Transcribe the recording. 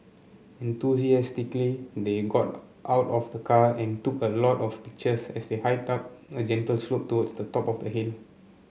enthusiastically they got out of the car and took a lot of pictures as they hiked up a gentle slope towards the top of the hill